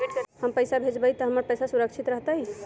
हम पैसा भेजबई तो हमर पैसा सुरक्षित रहतई?